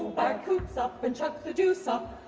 back coupes up, and chuck the deuce up.